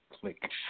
click